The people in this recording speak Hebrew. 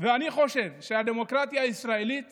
ואני חושב שהדמוקרטיה הישראלית